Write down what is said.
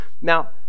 Now